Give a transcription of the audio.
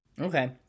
okay